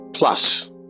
Plus